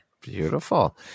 Beautiful